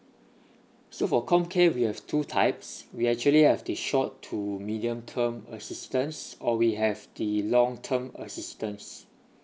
so for comcare we have two types we actually have the short to medium term assistance or we have the long term assistance